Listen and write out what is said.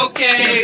Okay